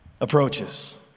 approaches